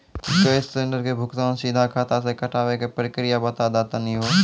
Gas cylinder के भुगतान सीधा खाता से कटावे के प्रक्रिया बता दा तनी हो?